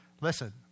listen